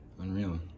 Unreal